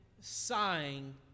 sighing